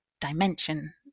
dimension